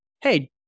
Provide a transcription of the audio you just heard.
Hey